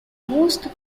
most